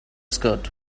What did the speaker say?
skirt